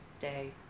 Day